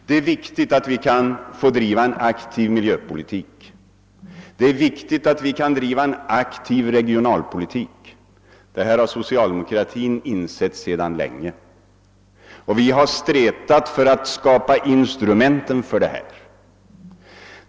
Det är viktigt att vi kan få driva en aktiv miljöpolitik, det är viktigt att vi kan driva en aktiv regionalpolitik — det har socialdemokratin ansett länge. Vi har stretat för att skapa instrumenten härför.